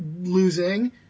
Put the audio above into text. losing